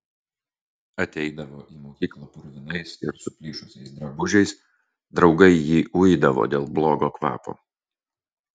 ateidavo į mokyklą purvinais ir suplyšusiais drabužiais draugai jį uidavo dėl blogo kvapo